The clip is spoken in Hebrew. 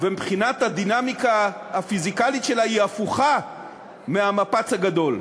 ומבחינת הדינמיקה הפיזיקלית שלה היא הפוכה מהמפץ הגדול.